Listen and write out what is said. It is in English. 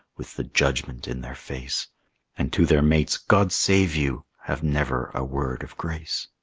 with the judgment in their face and to their mates' god save you! have never a word of grace.